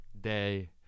day